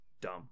dumb